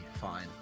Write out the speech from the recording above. fine